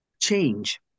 change